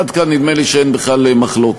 עד כאן נדמה לי שאין בכלל מחלוקת.